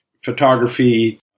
photography